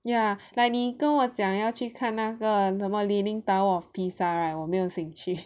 yeah like 你跟我讲要去看那个什么 Leaning Tower of Pisa right 我没有兴趣